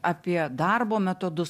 apie darbo metodus